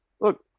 Look